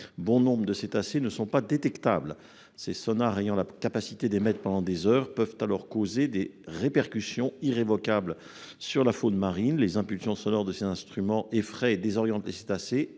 bon nombre de cétacés ne sont pas détectables. Ayant la capacité d'émettre pendant des heures, ces sonars peuvent causer des répercussions irrévocables sur la faune marine. Les impulsions sonores de ces instruments effraient et désorientent les cétacés